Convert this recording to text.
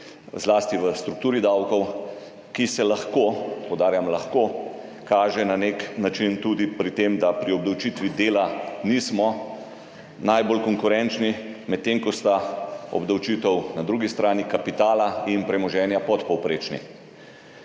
zlasti v strukturi davkov, ki se lahko, poudarjam – lahko, kaže na nek način tudi pri tem, da pri obdavčitvi dela nismo najbolj konkurenčni, medtem ko sta na drugi strani obdavčitvi kapitala in premoženja podpovprečni.